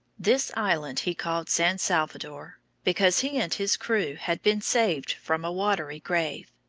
this island he called san salvador, because he and his crew had been saved from a watery grave,